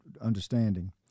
understanding